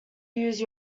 use